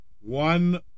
one